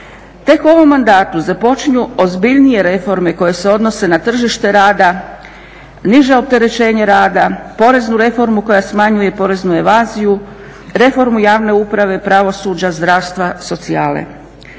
Tek u ovom mandatu započinju ozbiljnije reforme koje se odnose na tržište rada, niže opterećenje rada, poreznu reformu koja smanjuje i poreznu evaziju, reformu javne uprave, pravosuđa, zdravstva, socijale.